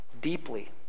deeply